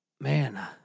man